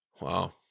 Wow